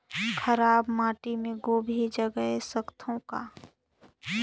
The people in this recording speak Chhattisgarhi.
खराब माटी मे गोभी जगाय सकथव का?